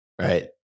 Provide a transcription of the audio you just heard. right